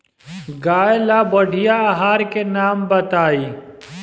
गाय ला बढ़िया आहार के नाम बताई?